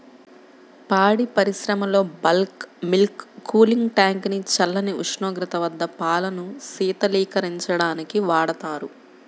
పాడి పరిశ్రమలో bulk milk cooling tank ని చల్లని ఉష్ణోగ్రత వద్ద పాలను శీతలీకరించడానికి వాడతారు